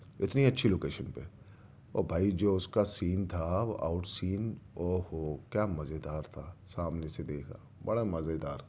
اتنی اچھی لوکیشن پہ اور بھائی جو اُس کا سین تھا وہ آؤٹ سین او ہو کیا مزے دار تھا سامنے سے دیکھا بڑا مزے دار